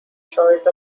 choice